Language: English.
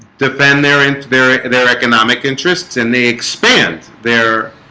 defend their and their their economic interests, and they expand their